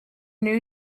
new